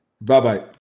Bye-bye